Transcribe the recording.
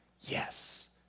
yes